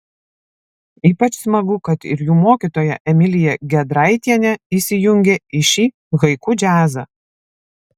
ypač smagu kad ir jų mokytoja emilija gedraitienė įsijungė į šį haiku džiazą